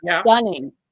stunning